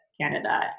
Canada